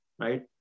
right